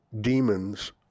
demons